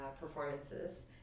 Performances